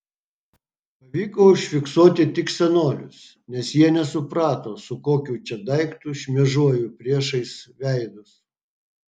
pavyko užfiksuoti tik senolius nes jie nesuprato su kokiu čia daiktu šmėžuoju priešais veidus